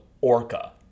Orca